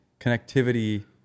connectivity